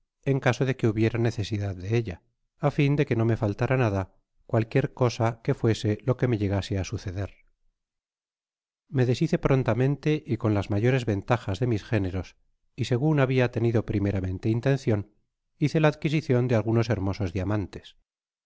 en caso de que hubiera necesidad de ella á fin de que no me faltara nada cualquier cosa que fuese lo que me llegase á suceder me deshice prontamente y con las mayores ventajas de mis géneros y segun habia tenido primeramente intencion hice la adquisicion de algunos hermosos diamantes